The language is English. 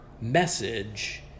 message